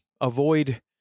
avoid